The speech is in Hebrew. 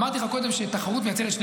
אמרתי לך קודם שתחרות מייצרת שני